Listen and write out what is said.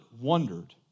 wondered